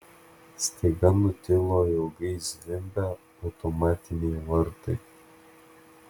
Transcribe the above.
staiga nutilo ilgai zvimbę automatiniai vartai